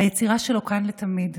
היצירה שלו כאן לתמיד.